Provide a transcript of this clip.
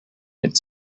its